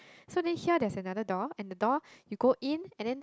so then here there's another door and the door you go in and then